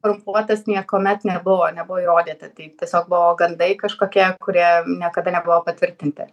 korumpuotas niekuomet nebuvo nebuvo įrodyta tai tiesiog buvo gandai kažkokie kurie niekada nebuvo patvirtinti